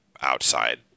outside